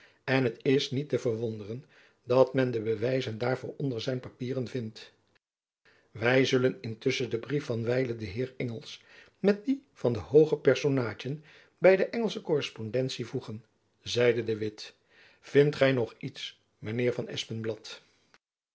en het is niet te verwonderen dat men de bewijzen daarvan onder zijn papieren vindt wy zullen intusschen den brief van wijlen den heer ingels met dien van de hooge personaadjen by de engelsche korrespondentie voegen zeide de witt vindt gy nog iets mijn heer van